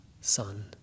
son